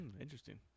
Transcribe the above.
Interesting